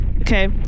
Okay